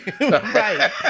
Right